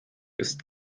ist